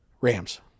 Rams